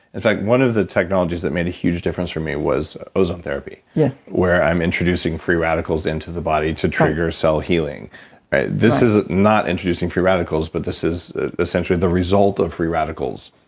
in fact, one of the technologies that made a huge difference for me was ozone therapy yes. where i'm introducing free radicals into the body to trigger cell healing right this is not introducing free radicals, but this is essentially the result of free radicals,